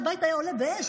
הבית היה עולה באש,